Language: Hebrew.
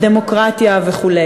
בדמוקרטיה וכו'.